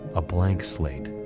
a blank slate